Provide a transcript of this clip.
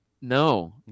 no